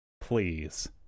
please